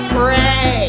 pray